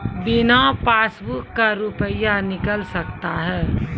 बिना पासबुक का रुपये निकल सकता हैं?